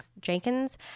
Jenkins